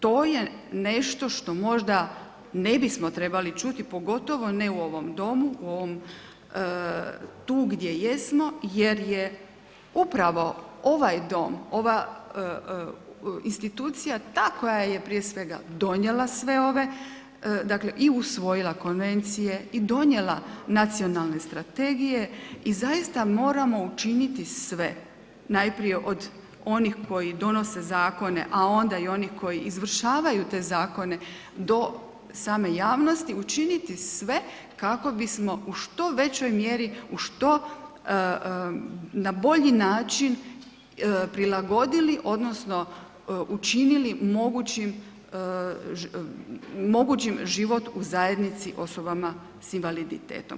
To je nešto što možda ne bismo trebali čuti, pogotovo ne u ovom Domu, tu gdje jesmo, jer je upravo ovaj Dom, ova institucija ta koja je prije svega donijela sve ove i usvojila konvencije i donijela nacionalne strategije i zaista moramo učiniti sve, najprije od onih koji donose zakone, a onda i onih koji izvršavaju te zakone do same javnosti, učiniti sve kako bismo u što većoj mjeri na bolji način prilagodili, odnosno učinili mogućim život u zajednici osobama s invaliditetom.